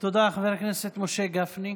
תודה, חבר הכנסת משה גפני.